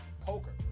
poker